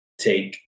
take